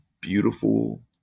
beautiful